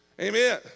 Amen